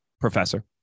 Professor